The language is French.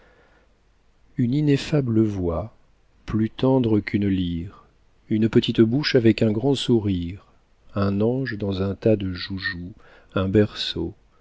une ineffable voix plus tendre qu'une lyre une petite bouche avec un grand sourire un ange dans un tas de joujoux un berceau